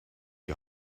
die